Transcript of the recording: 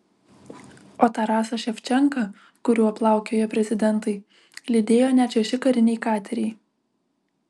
o tarasą ševčenką kuriuo plaukiojo prezidentai lydėjo net šeši kariniai kateriai